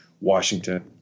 Washington